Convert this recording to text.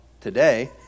today